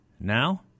Now